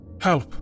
help